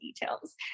details